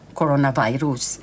coronavirus